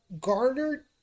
garnered